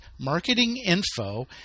marketinginfo